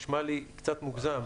נשמע לי קצת מוגזם.